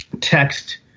text